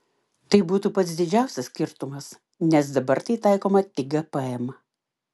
tai būtų pats didžiausias skirtumas nes dabar tai taikoma tik gpm